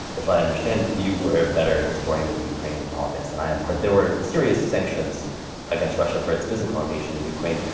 if i understand you are a better historian of ukrainian politics than i am but there were serious sanctions against russia for its physical invasion of and ukraine,